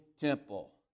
temple